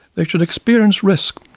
they should experience risk,